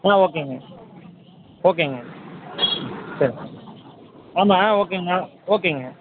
ஆ ஓகேங்க ஓகேங்க சரி ஆமாம் ஆ ஓகேங்க ஓகேங்க